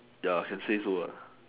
ya can say so lah